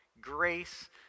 grace